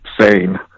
sane